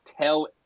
tell